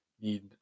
need